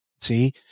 see